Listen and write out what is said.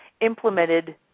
implemented